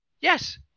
Yes